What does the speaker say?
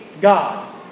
God